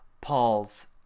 Paul's